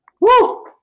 Woo